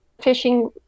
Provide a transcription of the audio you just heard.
fishing